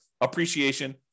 appreciation